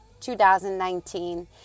2019